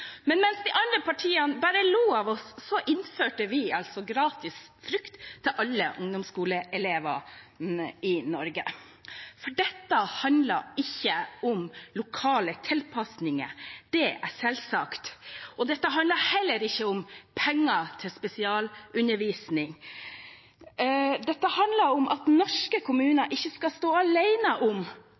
Men mens de andre partiene bare lo av oss, innførte vi altså gratis frukt til alle ungdomsskoleelever i Norge. Dette handler ikke om lokale tilpasninger, det er selvsagt. Det handler heller ikke om penger til spesialundervisning. Dette handler om at norske kommuner ikke skal stå alene om